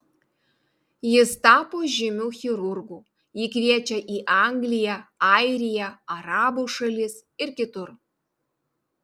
jis tapo žymiu chirurgu jį kviečia į angliją airiją arabų šalis ir kitur